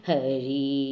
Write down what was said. Hari